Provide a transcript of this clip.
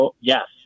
yes